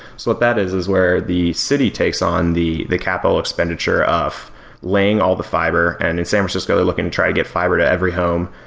what that is, is where the city takes on the the capital expenditure of laying all the fiber, and in san francisco looking to try to get fiber to every home.